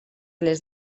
les